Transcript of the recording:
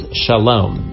shalom